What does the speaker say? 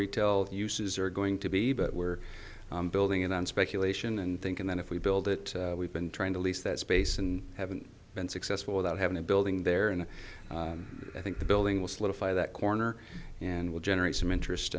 retail uses are going to be but we're building it on speculation and thinking that if we build it we've been trying to lease that space and haven't been successful without having a building there and i think the building was lit a fire that corner and will generate some interest